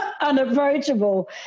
unapproachable